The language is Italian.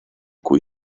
cui